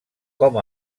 com